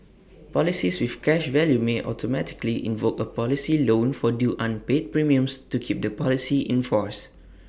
policies with cash value may automatically invoke A policy loan for due unpaid premiums to keep the policy in force